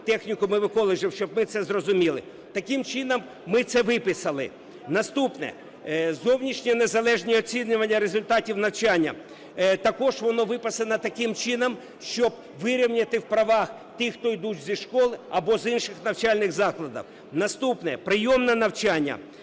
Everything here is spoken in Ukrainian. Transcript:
технікумів і коледжів, щоб ми це зрозуміли. Таким чином ми це виписали. Наступне. Зовнішнє незалежне оцінювання результатів навчання, також воно виписано таким чином, щоби вирівняти в правах тих, хто йдуть зі шкіл або з інших навчальних закладів. Наступне – прийом на навчання.